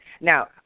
Now